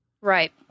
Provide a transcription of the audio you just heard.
Right